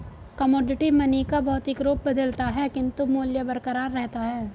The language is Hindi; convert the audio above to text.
कमोडिटी मनी का भौतिक रूप बदलता है किंतु मूल्य बरकरार रहता है